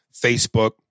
Facebook